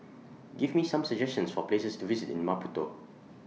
Give Me Some suggestions For Places to visit in Maputo